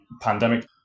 pandemic